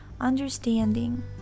understanding